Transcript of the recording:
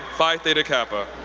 phi theta kappa.